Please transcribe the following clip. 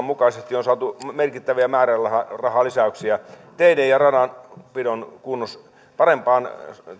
mukaisesti on saatu merkittäviä määrärahalisäyksiä teiden ja radanpidon parempaan